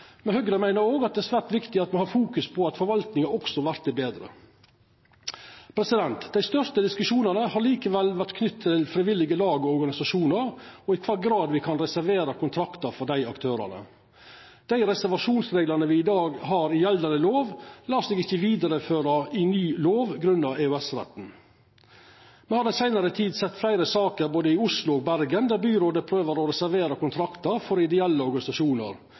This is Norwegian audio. men Høgre meiner òg at det er svært viktig at me har fokus på at forvaltninga også vert betre. Dei største diskusjonane har likevel vore knytte til frivillige lag og organisasjonar, og i kva grad me kan reservera kontraktar for dei aktørane. Dei reservasjonsreglane me har i dag i gjeldande lov, lèt seg ikkje vidareføra i ny lov grunna EØS-retten. Me har i den seinare tida sett fleire saker både i Oslo og Bergen der byrådet prøver å reservera kontraktar for ideelle organisasjonar.